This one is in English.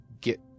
get